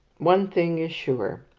one thing is sure.